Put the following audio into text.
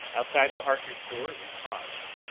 outside the harkers' door we paused.